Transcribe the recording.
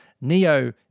Neo